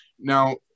Now